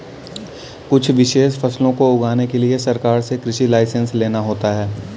कुछ विशेष फसलों को उगाने के लिए सरकार से कृषि लाइसेंस लेना होता है